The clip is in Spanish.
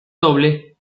doble